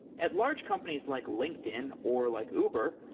at large companies like linkedin or like uber,